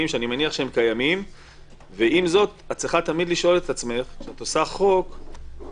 שר המשפטים ניסנרוקן והשרה מירב כהן מנסים לקדם כאן הצעת חוק מסוכנת